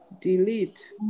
delete